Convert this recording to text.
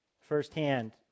firsthand